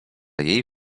jej